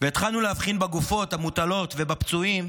והתחלנו להבחין בגופות המוטלות ובפצועים,